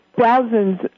thousands